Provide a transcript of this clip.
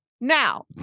Now